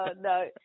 no